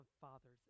fathers